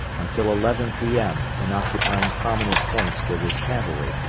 until eleven p m. in occupying prominent points with his cavalry,